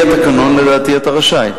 על-פי התקנון, לדעתי, אתה רשאי.